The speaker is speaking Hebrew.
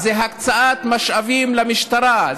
הקצאת משאבים למשטרה,